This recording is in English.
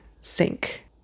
sink